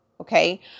Okay